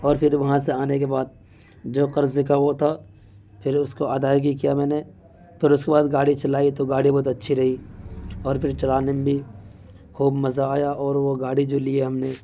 اور پھر وہاں سے آنے کے بعد جو قرضے کا وہ تھا پھر اس کو ادائیگی کیا میں نے پھر اس کے بعد گاڑی چلائی تو گاڑی بہت اچھی رہی اور پھر چلانے میں بھی خوب مزہ آیا اور وہ گاڑی جو لی ہم نے